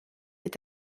est